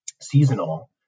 seasonal